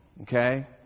Okay